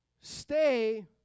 stay